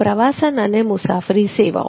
પ્રવાસન અને મુસાફરી સેવાઓ